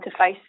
interface